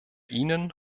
ihnen